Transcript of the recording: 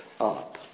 up